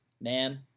man